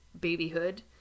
babyhood